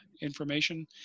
information